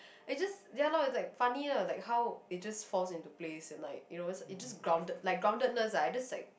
it's just ya lor is like funnier like how it just falls into place and like you know it just grounded like grounded-ness ah is just like